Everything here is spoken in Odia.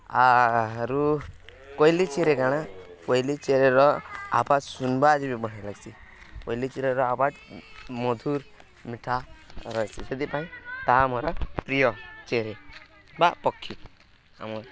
ଆରୁ କୋଇଲି ଚେରେ କାଣା କୋଇଲି ଚେରେର ଆବାଜ୍ ସୁୁନ୍ବାକେ ବି ବିଢ଼ିଆ ଲାଗ୍ସି କୋଇଲି ଚେରେର ଆବାଜ୍ ମଧୁର୍ ମିଠା ରହେସି ସେଥିପାଇଁ ତାହା ମୋର ପ୍ରିୟ ଚେରେ ବା ପକ୍ଷୀ ଆମର୍